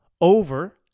over